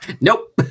Nope